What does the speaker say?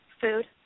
food